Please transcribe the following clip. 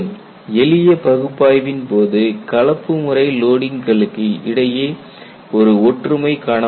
எளிய பகுப்பாய்வின் போது கலப்பு முறை லோடிங்களுக்கு இடையே ஒரு ஒற்றுமை காணப்படுகிறது